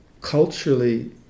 culturally